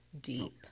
deep